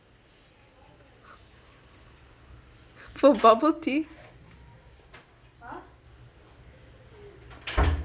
for bubble tea